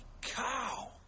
cow